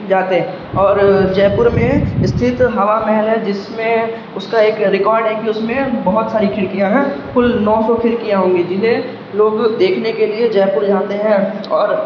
جاتے اور جے پور میں استھت ہوا محل ہے جس میں اس کا ایک ریکارڈ ہے کہ اس میں بہت ساری کھڑکیاں ہیں کل نو سو کھڑکیاں ہوں گی جنہیں لوگ دیکھنے کے لیے جے پور جاتے ہیں اور